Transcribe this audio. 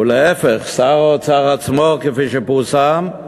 ולהפך, שר האוצר עצמו, כפי שפורסם,